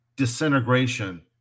Disintegration